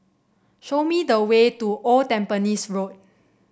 show me the way to Old Tampines Road